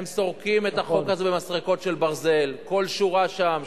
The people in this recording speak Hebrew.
הם סורקים במסרקות של ברזל כל שורה שם,